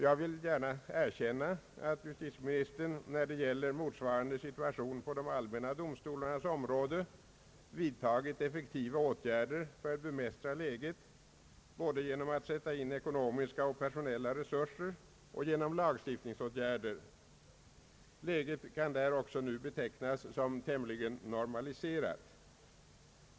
Jag vill gärna erkänna att justitieministern när det gäller motsvarande situation på de allmänna domstolarnas område vidtagit effektiva åtgärder för att bemästra läget både genom att sätta in ekonomiska och personella resurser och genom lagstiftningsåtgärder. Läget kan där också betecknas som tämligen normaliserat.